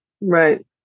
Right